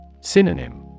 Synonym